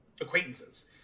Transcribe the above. acquaintances